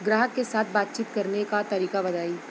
ग्राहक के साथ बातचीत करने का तरीका बताई?